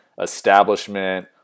establishment